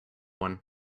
one